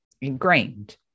ingrained